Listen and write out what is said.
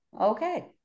okay